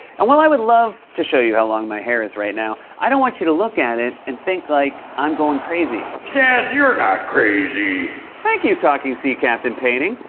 and, while i would love to show you how long my hair is right now, i don't want you to look at it and think like i'm going crazy. seth, yeah you're not crazy. thank you, talking sea captain painting.